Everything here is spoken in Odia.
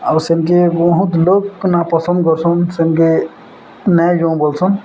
ଆଉ ସେମିତି ବହୁତ ଲୋକ ନା ପସନ୍ଦ କରସନ୍ ସେମିତି ନାଇଁ ଯେଉଁ ବୋଲସନ୍